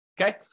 Okay